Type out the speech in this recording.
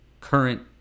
current